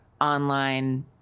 online